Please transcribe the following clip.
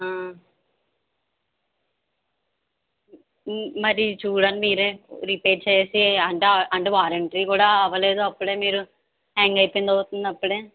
మరి చూడండి మీరు రిపేర్ చేసి అంట అంటే వారంటీ కూడా అవ్వలేదు అప్పుడే మీరు హ్యాంగ్ అయిపోయింది వస్తుంది అప్పుడే